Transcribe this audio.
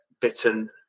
bitten